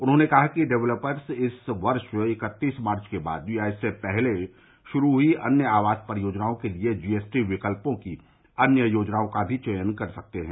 उन्होंने कहा कि डेवलपर्स इस वर्ष इकतीस मार्च के बाद या इससे पहले शुरु हुई अन्य आवास परियोजना के लिए जीएसटी विकल्पों की अन्य योजनाओं का भी चयन कर सकते हैं